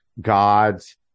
God's